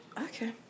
Okay